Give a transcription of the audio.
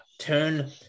turn